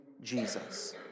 Jesus